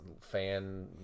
fan